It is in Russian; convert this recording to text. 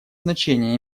значение